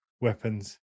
weapons